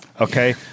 Okay